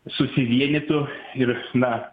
susivienytų ir na